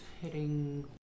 hitting